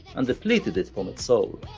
and depleted it from its soul.